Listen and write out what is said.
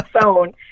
phone